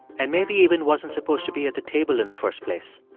and maybe even wasn't supposed to be at the table in the first place.